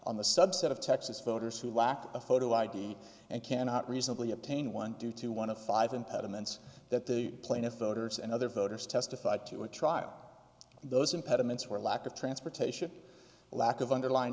on the subset of texas voters who lacked a photo id and cannot reasonably obtain one due to one of five impediments that the plaintiff voters and other voters testified to a trial those impediments were lack of transportation lack of underlying